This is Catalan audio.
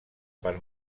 per